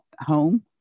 home